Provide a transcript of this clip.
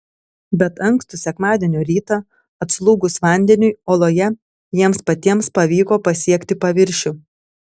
bet ankstų sekmadienio rytą atslūgus vandeniui oloje jiems patiems pavyko pasiekti paviršių